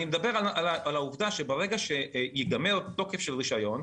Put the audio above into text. אני מדבר על העובדה שברגע שייגמר תוקף של רישיון,